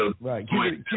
right